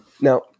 Now